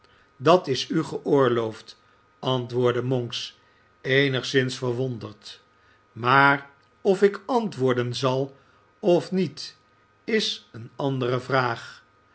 dat is u geoorloofd antwoordde monks eenigszins verwonderd maar of ik antwoorden zal of niet is eene andere vraag